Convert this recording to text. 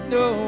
no